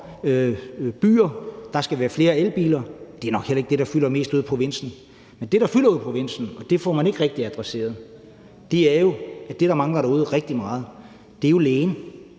byer. Der skal være flere elbiler. Det er nok heller ikke det, der fylder mest ude i provinsen. Men det, der fylder ude i provinsen – og det får man ikke rigtig adresseret – er jo, at det, der mangler derude rigtig meget, er lægen.